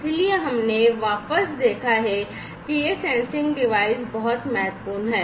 इसलिए ये sensing device बहुत महत्वपूर्ण हैं